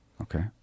Okay